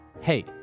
Hey